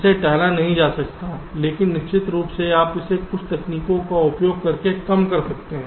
इसे टाला नहीं जा सकता लेकिन निश्चित रूप से आप इसे कुछ तकनीकों का उपयोग करके कम कर सकते हैं